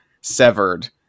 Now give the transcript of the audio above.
severed